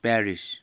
Paris